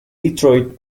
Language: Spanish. detroit